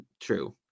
True